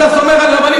אתה סומך על רבנים,